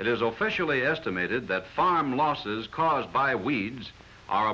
it is officially estimated that farm losses caused by weeds are